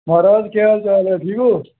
म्हाराज केह् हाल चाल ऐ ठीक ओ